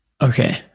okay